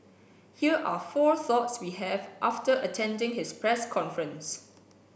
here are four thoughts we have after attending his press conference